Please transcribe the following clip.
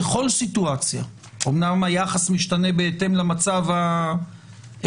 בכל סיטואציה אמנם היחס משתנה בהתאם למצב האפידמיולוגי